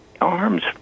Arms